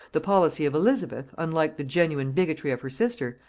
the policy of elizabeth, unlike the genuine bigotry of her sister,